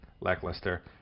lackluster